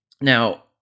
Now